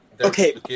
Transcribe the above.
okay